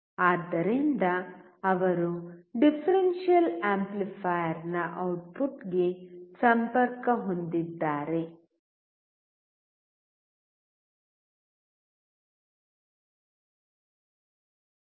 ಆದ್ದರಿಂದ ಅವರು ಡಿಫರೆನ್ಷಿಯಲ್ ಆಂಪ್ಲಿಫೈಯರ್ನ ಔಟ್ಪುಟ್ಗೆ ಸಂಪರ್ಕ ಹೊಂದಿದ್ದಾನೆ